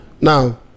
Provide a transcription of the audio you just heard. Now